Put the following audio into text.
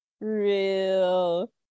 real